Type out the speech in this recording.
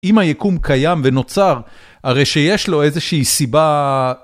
אם היקום קיים ונוצר, הרי שיש לו איזושהי סיבה...